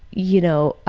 you know,